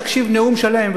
תקשיב לנאום שלם,